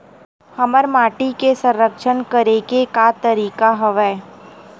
हमर माटी के संरक्षण करेके का का तरीका हवय?